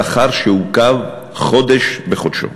שכר שעוכב חודש בחודשו.